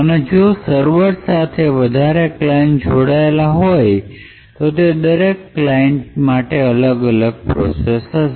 તથા જો સર્વર સાથે વધારે ક્લાયન્ટ જોડાયેલ હોય તો એ દરેક ક્લાયન્ટ માટે અલગ અલગ પ્રોસેસ બનશે